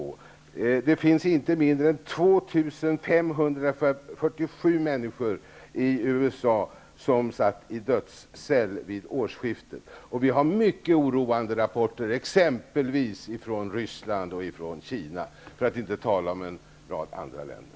Vid årsskiftet satt inte mindre än 2 547 människor i dödscell i USA, och vi har mycket oroande rapporter exempelvis från Ryssland och Kina, för att inte tala om en rad andra länder.